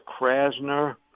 Krasner